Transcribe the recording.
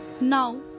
now